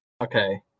Okay